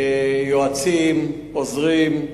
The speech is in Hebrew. יועצים, עוזרים,